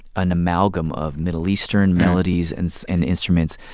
an amalgam of middle eastern melodies and and instruments,